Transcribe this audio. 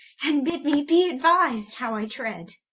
and bid me be aduised how i treade.